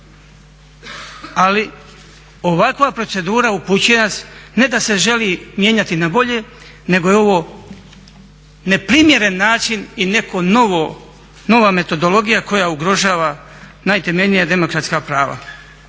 ali ovakva procedura upućuje nas ne da se želi mijenjati na bolje, nego je ovo neprimjeren način i neka nova metodologija koja ugrožava najtemeljnija demokratska prava.